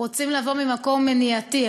רוצים לבוא ממקום מניעתי,